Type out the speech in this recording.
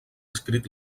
escrit